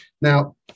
Now